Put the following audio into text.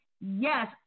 yes